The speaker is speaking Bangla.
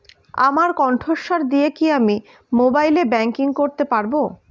আমার কন্ঠস্বর দিয়ে কি আমি মোবাইলে ব্যাংকিং করতে পারবো?